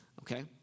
okay